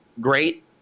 great